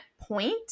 point